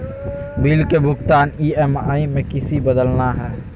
Bill के भुगतान EMI में किसी बदलना है?